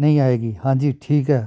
ਨਹੀਂ ਆਏਗੀ ਹਾਂਜੀ ਠੀਕ ਹੈ